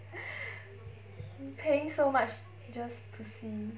paying so much just to see